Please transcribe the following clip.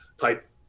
type